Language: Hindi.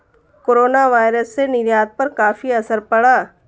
कोरोनावायरस से निर्यात पर काफी असर पड़ा